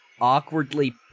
awkwardly